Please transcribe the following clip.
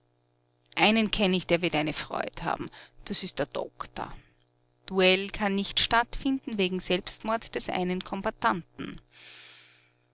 einen kenn ich der wird eine freud haben das ist der doktor duell kann nicht stattfinden wegen selbstmord des einen